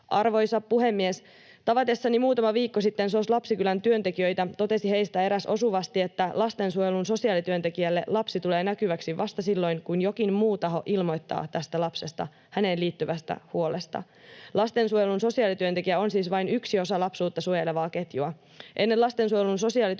Arvoisa puhemies! Tavatessani muutama viikko sitten SOS-Lapsikylän työntekijöitä totesi heistä eräs osuvasti, että lastensuojelun sosiaalityöntekijälle lapsi tulee näkyväksi vasta silloin, kun jokin muu taho ilmoittaa tästä lapsesta, häneen liittyvästä huolesta. Lastensuojelun sosiaalityöntekijä on siis vain yksi osa lapsuutta suojelevaa ketjua. Ennen lastensuojelun sosiaalityöntekijän